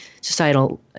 societal